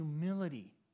humility